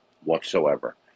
whatsoever